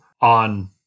on